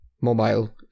Mobile